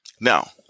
Now